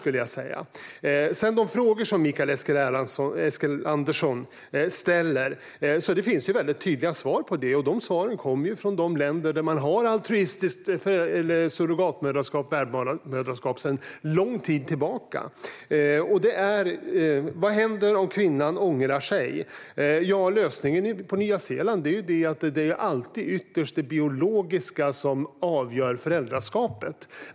När det gäller de frågor som Mikael Eskilandersson ställer finns det tydliga svar. Och de svaren kommer från länder som har altruistiskt surrogatmoderskap eller värdmoderskap sedan lång tid. Om kvinnan ångrar sig är lösningen på Nya Zeeland alltid ytterst att det biologiska avgör föräldraskapet.